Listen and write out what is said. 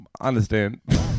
understand